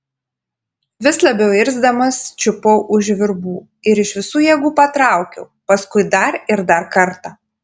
vis labiau irzdamas čiupau už virbų ir iš visų jėgų patraukiau paskui dar ir dar kartą